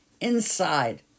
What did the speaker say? inside